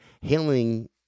hailing